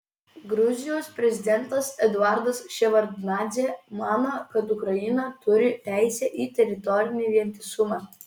gruzijos prezidentas eduardas ševardnadzė mano kad ukraina turi teisę į teritorinį vientisumą